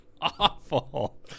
awful